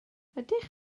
ydych